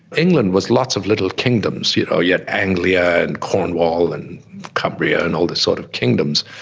england was lots of little kingdoms, you know, you had anglia and cornwall and cumbria and all these sort of kingdoms,